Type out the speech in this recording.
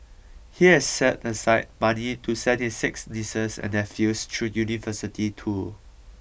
he has set aside money to send his six nieces and nephews through university too